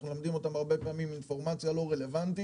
אנחנו מלמדים אותם הרבה פעמים אינפורמציה לא רלוונטית